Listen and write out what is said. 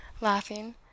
laughing